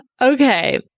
Okay